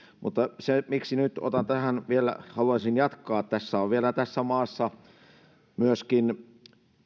mutta se miksi nyt vielä haluaisin jatkaa tässä maassa on vielä myöskin